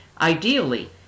Ideally